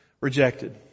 rejected